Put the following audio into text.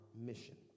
mission